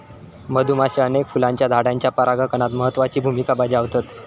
मधुमाश्या अनेक फुलांच्या झाडांच्या परागणात महत्त्वाची भुमिका बजावतत